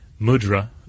mudra